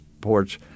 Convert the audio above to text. ports